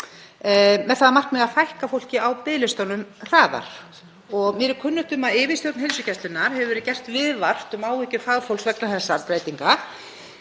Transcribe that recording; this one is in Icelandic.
það að markmiði að fækka fólki á biðlistunum hraðar. Mér er kunnugt um að yfirstjórn heilsugæslunnar hefur verið gert viðvart um áhyggjur fagfólks vegna þessara breytinga.